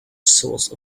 source